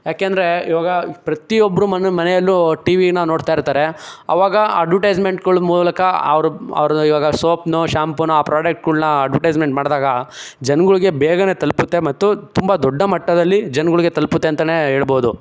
ಏಕೆಂದರೆ ಇವಾಗ ಪ್ರತಿಯೊಬ್ಬರ ಮನೆಯಲ್ಲೂ ಟಿ ವಿನ ನೋಡ್ತಾಯಿರ್ತಾರೆ ಅವಾಗ ಅಡ್ವರ್ಟೈಸ್ಮೆಂಟ್ಗಳು ಮೂಲಕ ಅವರು ಅವರು ಇವಾಗ ಸೋಪ್ನು ಶ್ಯಾಂಪುನು ಆ ಪ್ರಾಡಕ್ಟ್ಗಳನ್ನ ಅಡ್ವರ್ಟೈಸ್ಮೆಂಟ್ ಮಾಡಿದಾಗ ಜನಗಳಿಗೆ ಬೇಗನೇ ತಲುಪುತ್ತೆ ಮತ್ತು ತುಂಬ ದೊಡ್ಡ ಮಟ್ಟದಲ್ಲಿ ಜನಗಳ್ಗೆ ತಲುಪುತ್ತೆ ಅಂತಲೇ ಹೇಳ್ಬೋದು